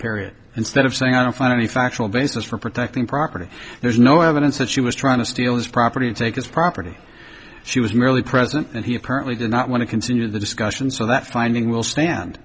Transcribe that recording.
period instead of saying i don't find any factual basis for protecting property there's no evidence that she was trying to steal his property and take his property she was merely present and he apparently did not want to continue the discussion so that finding will stand